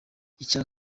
icya